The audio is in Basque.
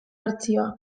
bertsioa